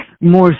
more